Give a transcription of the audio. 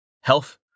Health